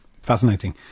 Fascinating